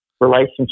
relationship